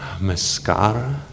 Mascara